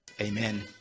Amen